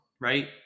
right